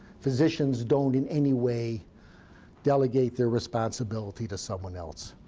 physicians don't in any way delegate their responsibility to someone else.